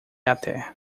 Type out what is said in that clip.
até